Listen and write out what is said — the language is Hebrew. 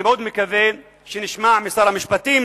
אני מאוד מקווה שנשמע משר המשפטים